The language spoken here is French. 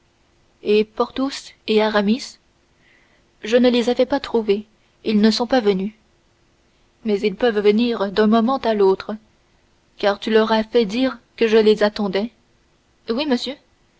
et tout ouvert et porthos et aramis je ne les avais pas trouvés ils ne sont pas venus mais ils peuvent venir d'un moment à l'autre car tu leur as fait dire que je les attendais oui monsieur